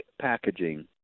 packaging